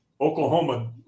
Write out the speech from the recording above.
Oklahoma